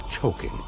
choking